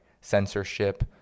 censorship